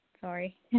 Sorry